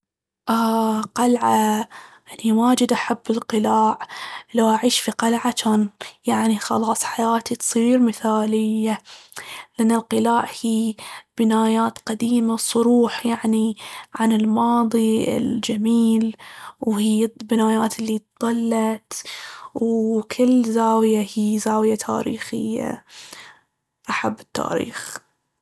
أ- قلعة، أني واجد أحب القلاع. لو أعيش في قلعة جان يعني خلاص حياتي تصير مثالية. لأن القلاع هي بنايات قديمة وصورح يعني عن الماضي الجميل، وهي البنايات اللي ظلت، وكل زاوية هي زاوية تاريخية – أحب التاريخ.